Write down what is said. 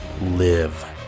Live